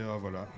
voilà